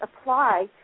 apply